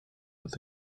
with